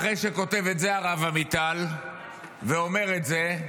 אחרי שכותב את זה הרב עמיטל ואומר את זה,